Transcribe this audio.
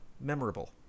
memorable